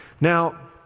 Now